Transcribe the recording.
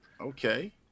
Okay